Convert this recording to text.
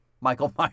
Michael